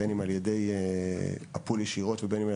בין אם על ידי הפול ישירות ובין אם על